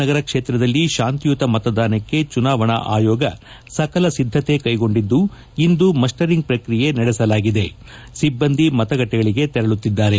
ನಗರ ಕ್ಷೇತ್ರದಲ್ಲಿ ಶಾಂತಿಯುತ ಮತದಾನಕ್ಕೆ ಚುನಾವಣಾ ಆಯೋಗ ಸಕಲ ಸಿದ್ದತೆ ಕೈಗೊಂಡಿದ್ದು ಇಂದು ಮಸ್ಸರಿಂಗ್ ಪ್ರಕ್ರಿಯೆ ನಡೆಸಲಾಗಿದ್ದು ಸಿಬ್ಬಂದಿ ಮತಗಟ್ಟೆಗಳಿಗೆ ತೆರಳುತ್ತಿದ್ದಾರೆ